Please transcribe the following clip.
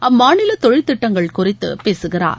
அம்மாநில தொழில் திட்டங்கள் குறித்து பேசுகிறார்